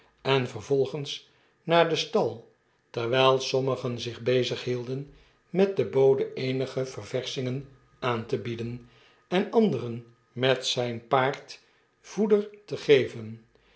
en vervolens naar den stal terwijl sommigen zich bezighielden met den bode eenige ververschingen aan tebieden en anderen met zijn paard voeder te geven